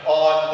on